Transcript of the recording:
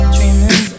Dreaming